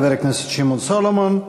תודה לחבר הכנסת שמעון סולומון.